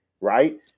right